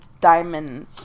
diamond